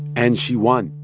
and she won.